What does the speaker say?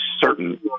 certain